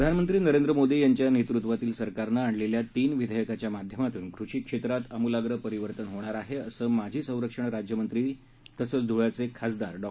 प्रधानमंत्री नरेंद्र मोदी यांच्या नेतृत्वातील सरकारनं आणलेल्या तीन विधेयकाच्या माध्यमातून कृषी क्षेत्रामध्ये अमुलाग्र परिवर्तन होणार आहे असं माजी संरक्षण राज्यमंत्री तथा धुळ्याचे खासदार डॉ